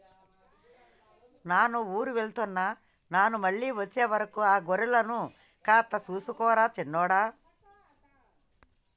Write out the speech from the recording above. నాను ఊరు వెళ్తున్న నాను మళ్ళీ అచ్చే వరకు ఆ గొర్రెలను కాస్త సూసుకో రా సిన్నోడా